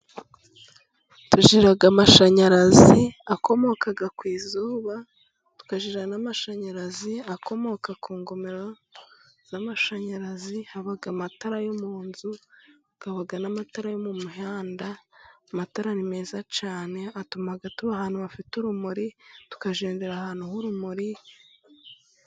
Tugira amashanyarazi akomoka ku zuba， tukagira n'amashanyarazi akomoka ku ngomero z'amashanyarazi，haba amatara yo mu nzu，hakaba n'amatara yo mu mihanda，amatara ni meza cyane，atuma tuba ahantu hafite urumuri，tukagendera ahantu h'urumuri.